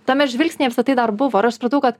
tame žvilgsnyje visa tai dar buvo ir supratau kad